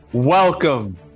Welcome